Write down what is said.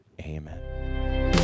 Amen